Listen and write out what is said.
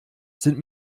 sind